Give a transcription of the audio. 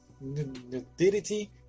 nudity